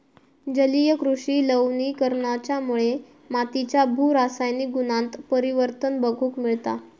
जलीय कृषि लवणीकरणाच्यामुळे मातीच्या भू रासायनिक गुणांत परिवर्तन बघूक मिळता